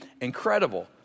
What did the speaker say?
incredible